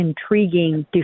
intriguing